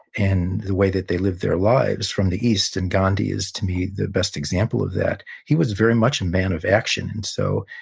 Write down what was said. and the way that they live their lives, from the east, and gandhi is, to me, the best example of that, he was very much a man of action. and so,